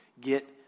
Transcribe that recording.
get